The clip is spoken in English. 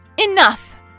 Enough